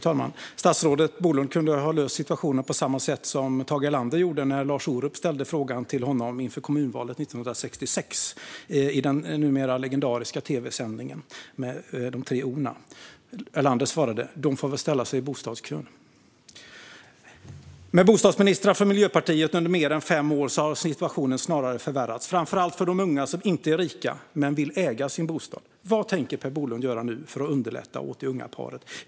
Fru talman! Statsrådet Bolund kunde ha löst situationen på samma sätt som Tage Erlander gjorde när Lars Orup ställde frågan till honom inför kommunvalet 1966, i den numera legendariska tv-sändningen med de tre o:na. Erlander svarade: De får väl ställa sig i bostadskön. Med bostadsministrar från Miljöpartiet under mer än fem år har situationen snarare förvärrats, framför allt för de unga som inte är rika men vill äga sin bostad. Vad tänker Per Bolund göra för att underlätta för det unga paret?